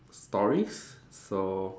stories so